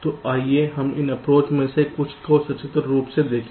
तो आइए हम इन अप्रोच में से कुछ को सचित्र रूप से देखें